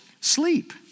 Sleep